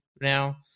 now